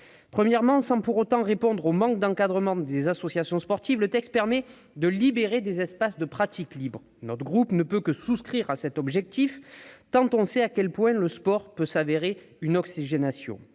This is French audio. Premièrement, sans pour autant répondre au manque d'encadrants dans les associations sportives, le texte permet de libérer des espaces pour la pratique libre. Notre groupe ne peut que partager cet objectif, tant on sait à quel point le sport peut s'apparenter à une oxygénation.